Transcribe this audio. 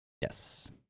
Yes